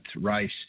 race